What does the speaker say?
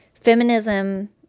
feminism